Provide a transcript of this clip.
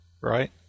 right